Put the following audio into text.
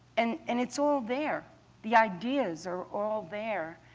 and and it's all there the ideas are all there.